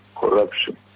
corruption